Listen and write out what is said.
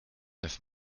neuf